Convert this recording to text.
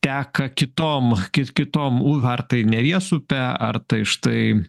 teka kitom ki kitom uh ar tai neries upe ar tai štai